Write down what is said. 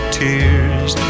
tears